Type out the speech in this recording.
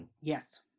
yes